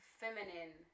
feminine